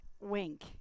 wink